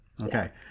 Okay